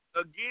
again